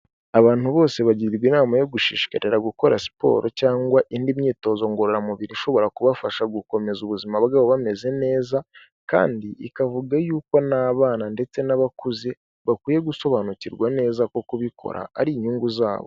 Abantu bose bagirwa inama yo gushishikarira gukora siporo cyangwa indi myitozo ngororamubiri ishobora kubafasha gukomeza ubuzima bwabo bameze neza, kandi ikavuga yuko n'abana ndetse n'abakuze bakwiye gusobanukirwa neza ko kubikora ari inyungu zabo.